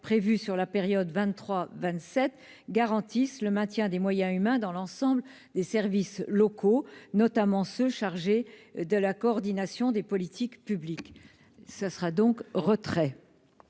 prévues sur la période 23 27 garantissent le maintien des moyens humains dans l'ensemble des services locaux notamment ceux chargés de la coordination des politiques publiques, ça sera donc retrait.